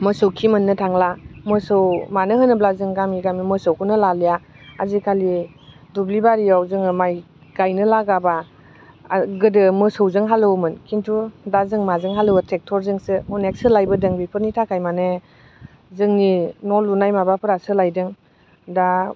मोसौखि मोननो थांला मोसौ मानो होनोब्ला जों गामि गामि मोसौखौनो लालिया आजिखालि दुब्लि बारियाव जोङो माय गायनो लागाबा गोदो मोसौजों हालौवोमोन खिन्थु दा जों माजों हालौवो ट्रेकटरजोंसो अनेख सोलायबोदों बेफोरनि थाखाय माने जोंनि न' लुनाय माबाफ्रा सोलायदों दा